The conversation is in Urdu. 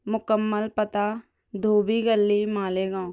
مکمل پتہ دھوبی گلی مالیگاؤں